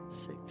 six